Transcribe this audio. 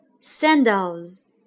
sandals